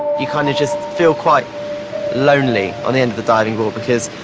you kind of just feel quite lonely on the end of the diving board. because,